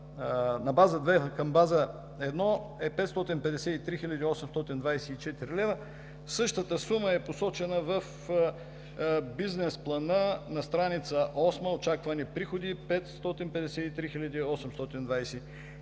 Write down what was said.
на база две към база едно е 553 824 лв. Същата сума е посочена в бизнес плана на стр. 8 „Очаквани приходи” – 553 824 лв.